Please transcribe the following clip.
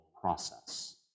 process